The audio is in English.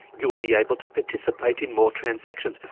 you'll be able to participate in more transactions.